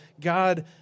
God